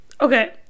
Okay